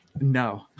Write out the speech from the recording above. no